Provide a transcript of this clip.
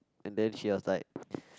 and then she was like